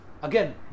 Again